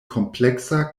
kompleksa